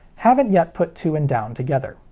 haven't yet put two and down together.